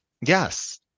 Yes